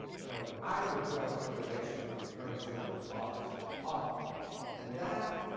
you know, i request information from the attorney general's office often and that,